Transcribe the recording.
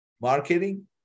marketing